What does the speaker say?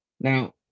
now